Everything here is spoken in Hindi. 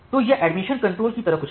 तो यह एडमिशन कंट्रोल की तरह कुछ है